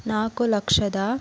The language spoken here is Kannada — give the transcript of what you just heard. ನಾಲ್ಕು ಲಕ್ಷದ